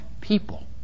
people